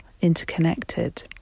interconnected